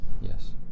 Yes